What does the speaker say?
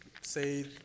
say